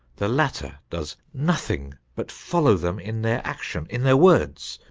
the latter does nothing but follow them in their action, in their words,